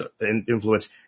influence